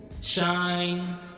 shine